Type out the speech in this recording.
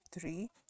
three